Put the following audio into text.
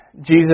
Jesus